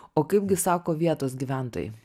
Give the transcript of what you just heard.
o kaip gi sako vietos gyventojai